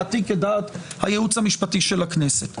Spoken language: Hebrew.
דעתי כדעת הייעוץ המשפטי של הכנסת.